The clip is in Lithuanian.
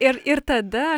ir ir tada